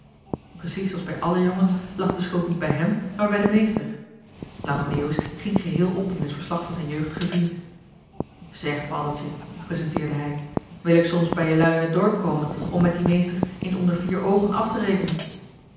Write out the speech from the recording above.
precies als bij alle jongens lag de schuld niet bij hem maar bij den meester lange meeuwis ging geheel op in het verslag van zijn jeugdigen vriend zeg paddeltje presenteerde hij wil ik soms bij jelui in t dorp komen om met dien meester eens onder vier oogen af te rekenen